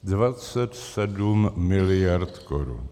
Dvacet sedm miliard korun.